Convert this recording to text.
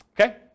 Okay